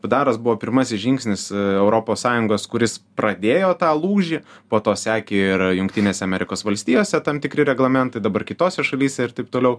bdaras buvo pirmasis žingsnis europos sąjungos kuris pradėjo tą lūžį po to sekė ir jungtinėse amerikos valstijose tam tikri reglamentai dabar kitose šalyse ir taip toliau